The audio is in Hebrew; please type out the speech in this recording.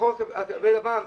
שחור על גבי לבן,